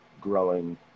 growing